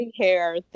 hair